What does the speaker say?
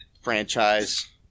franchise